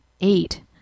eight